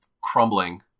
crumbling